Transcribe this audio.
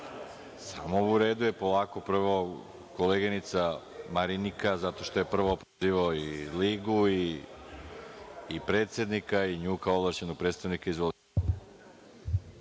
U redu je. Polako. Prvo koleginica Marinika zato što je prvo prozivao i Ligu i predsednika i nju kao ovlašćenog predstavnika. Izvolite.